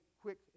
quick